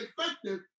effective